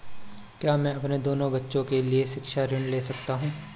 क्या मैं अपने दोनों बच्चों के लिए शिक्षा ऋण ले सकता हूँ?